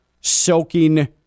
soaking